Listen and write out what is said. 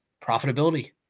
profitability